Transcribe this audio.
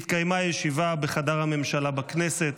התקיימה ישיבה בחדר הממשלה בכנסת.